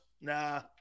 Nah